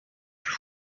plus